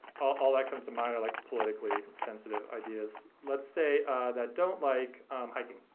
all that comes to mind are like politically sensitive ideas. let's say that don't like hiking,